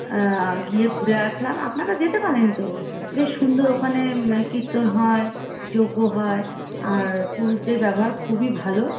গিয়ে ঘুরে আসলাম আপনারা যেতে পারেন তো বেশ সুন্দর ওখানে কীর্তন হয় যজ্ঞ হয় আর পুরুতদের ব্যবহার খুবই ভালো